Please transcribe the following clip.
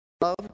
love